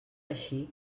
així